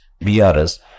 BRS